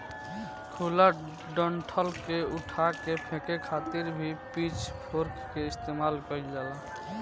खुला डंठल के उठा के फेके खातिर भी पिच फोर्क के इस्तेमाल कईल जाला